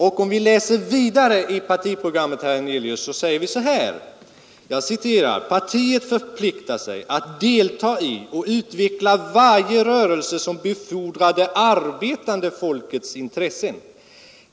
Och vidare står det i partiprogrammet, herr Hernelius: ”Partiet förpliktar sig att delta i och utveckla varje rörelse som befordrar det arbetande folkets intressen.